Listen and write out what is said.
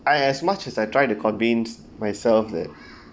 I as much as I try to convince myself that